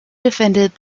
defended